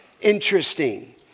interesting